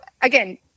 again